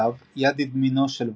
לאב, יד ימינו של וואלאס,